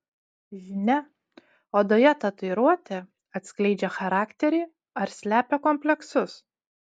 žinia odoje tatuiruotė atskleidžia charakterį ar slepia kompleksus